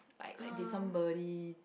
like like they somebody